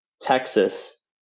Texas